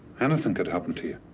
anything could happen to you.